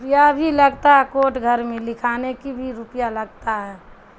رپیا بھی لگتا ہے کوٹ گھر میں لکھانے کی بھی روپیہ لگتا ہے